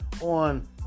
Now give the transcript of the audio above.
on